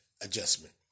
adjustment